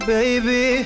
Baby